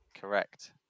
Correct